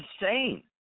insane